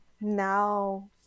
now